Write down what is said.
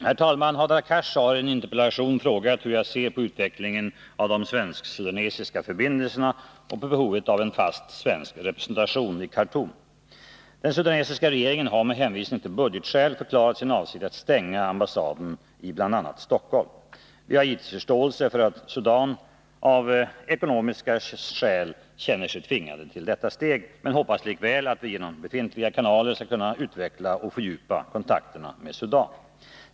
Herr talman! Hadar Cars har i en interpellation frågat hur jag ser på utvecklingen av de svensk-sudanesiska förbindelserna och på behovet av en fast svensk representation i Khartoum. Den sudanesiska regeringen har med hänvisning till budgetskäl förklarat sin avsikt att stänga ambassaden i bl.a. Stockholm. Vi har givetvis förståelse för att Sudan av ekonomiska skäl känner sig tvingat till detta steg, men hoppas likväl att vi genom befintliga kanaler skall kunna utveckla och fördjupa kontakterna med Sudan.